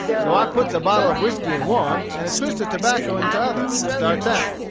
so i puts a bottle of whiskey in one, and a twist of tobacco in t'other, and starts out.